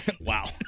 Wow